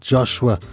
Joshua